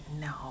no